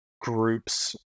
groups